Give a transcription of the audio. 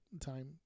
time